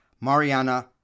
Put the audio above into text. Mariana